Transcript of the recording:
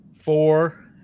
four